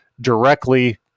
directly